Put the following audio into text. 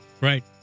Right